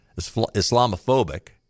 Islamophobic